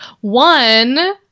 One